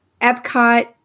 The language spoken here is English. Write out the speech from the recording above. Epcot